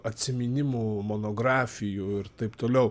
atsiminimų monografijų ir taip toliau